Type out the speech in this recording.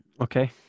Okay